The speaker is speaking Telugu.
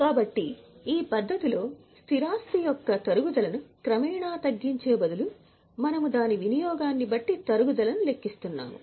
కాబట్టి ఈ పద్ధతిలో స్థిరాస్తి యొక్క తరుగుదలను క్రమేణా తగ్గించే బదులు మనము దాని వినియోగాన్ని బట్టి తరుగుదలను లెక్కిస్తున్నాము